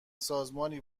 سازمانی